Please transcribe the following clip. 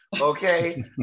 okay